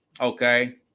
Okay